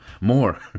more